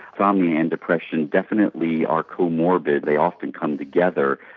insomnia and depression definitely are comorbid, they often come together.